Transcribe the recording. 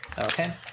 Okay